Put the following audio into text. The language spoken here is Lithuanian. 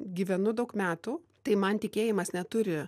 gyvenu daug metų tai man tikėjimas neturi